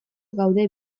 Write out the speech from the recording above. gaude